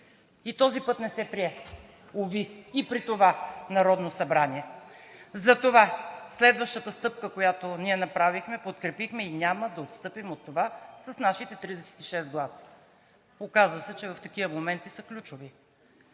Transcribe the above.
И този път не се прие. Уви, и при това Народно събрание. Затова следващата стъпка, която ние направихме – подкрепихме, и няма да отстъпим от това с нашите 36 гласа. Оказа се, че в такива моменти са ключови.